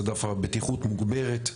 זה דווקא בטיחות מוגברת,